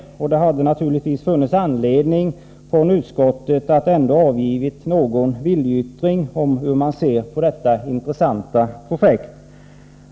Det hade funnits skäl att från utskottet ändå avge någon meningsyttring när det gäller hur man ser på detta intressanta projekt.